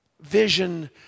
vision